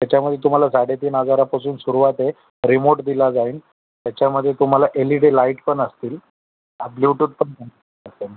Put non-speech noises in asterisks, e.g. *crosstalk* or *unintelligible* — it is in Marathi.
त्याच्यामध्ये तुम्हाला साडेतीन हजारपासून सुरुवात आहे रिमोट दिला जाईल त्याच्यामध्ये तुम्हाला एल ई डी लाईट पण असतील ब्ल्यूटूथ पण *unintelligible* असेल